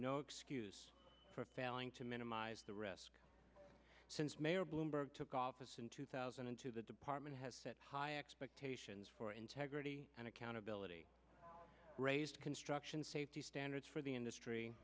no excuse for failing to minimize the risk since mayor bloomberg took office in two thousand and two the department has set high expectations for integrity and accountability raised construction safety standards for the industry